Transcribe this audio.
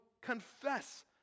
confess